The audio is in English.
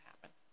happen